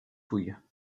fouilles